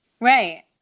Right